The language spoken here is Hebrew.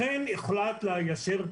לכן הוחלט ליישר קו.